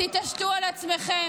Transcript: תתעשתו על עצמכם.